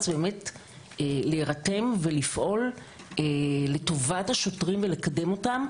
להירתם ולפעול לטובת השוטרים ולקדם אותם.